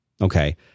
Okay